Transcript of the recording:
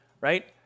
right